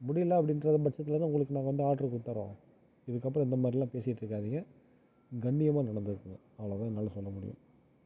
முடியலை அப்டின்ற பட்சத்தில்தான் உங்களுக்கு நாங்கள் வந்து ஆர்டர் கொடுத்துடுறோம் இதுக்கு அப்றறோம் இந்த மாதிரிலாம் பேசிட்டு இருக்காதீங்க கண்ணியமா நடந்துக்குங்க அவ்வளோ தான் என்னால் சொல்ல முடியும்